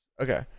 Okay